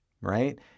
right